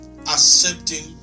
accepting